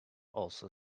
also